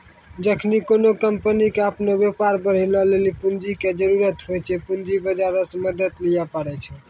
जखनि कोनो कंपनी के अपनो व्यापार बढ़ाबै लेली पूंजी के जरुरत होय छै, पूंजी बजारो से मदत लिये पाड़ै छै